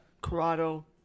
Corrado